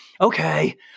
Okay